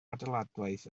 adeiladwaith